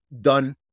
done